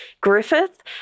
Griffith